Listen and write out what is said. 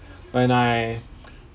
when I